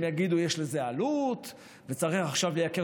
הם יגידו שיש לזה עלות וצריך עכשיו לייקר